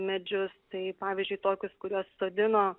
medžius tai pavyzdžiui tokius kuriuos sodino